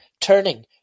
turning